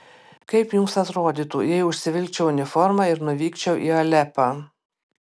kaip jums atrodytų jei užsivilkčiau uniformą ir nuvykčiau į alepą